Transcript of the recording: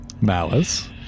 Malice